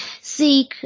Seek